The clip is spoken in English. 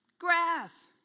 Grass